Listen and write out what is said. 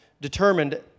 determined